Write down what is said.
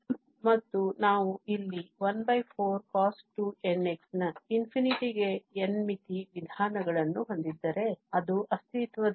ಮತ್ತು ನಾವು ಇಲ್ಲಿ 14cos2nx ನ ∞ ಗೆ n ಮಿತಿ ವಿಧಾನಗಳನ್ನು ಹೊಂದಿದ್ದರೆ ಅದು ಅಸ್ತಿತ್ವದಲ್ಲಿಲ್ಲ